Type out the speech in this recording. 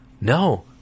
no